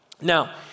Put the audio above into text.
Now